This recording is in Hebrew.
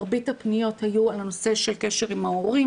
מרבית הפניות היו על נושא של קשר עם ההורים